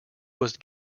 was